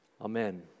Amen